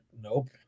nope